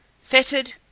fettered